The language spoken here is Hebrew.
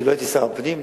כשלא הייתי שר הפנים,